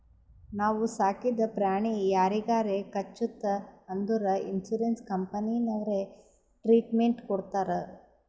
ನಾವು ಸಾಕಿದ ಪ್ರಾಣಿ ಯಾರಿಗಾರೆ ಕಚ್ಚುತ್ ಅಂದುರ್ ಇನ್ಸೂರೆನ್ಸ್ ಕಂಪನಿನವ್ರೆ ಟ್ರೀಟ್ಮೆಂಟ್ ಕೊಡ್ತಾರ್